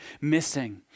missing